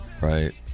right